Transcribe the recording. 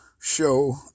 show